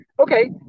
Okay